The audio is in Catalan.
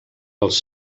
els